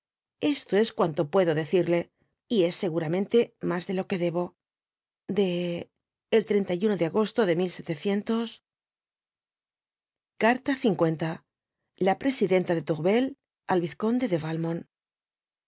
esto es cuanto puedo decirle y es seguramente mas de lo que debo de el i de agosto de carta l zta presidenta de toumel al vizconde de